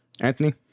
Anthony